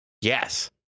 Yes